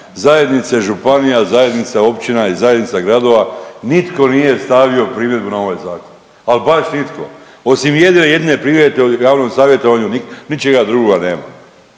zajednice županija, zajednice općina i zajednica gradova nitko nije stavio primjedbu na ovaj zakon, ali baš nitko. Osim jedne jedine primjedbe u javnom savjetovanju ničega drugoga nema.